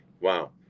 Wow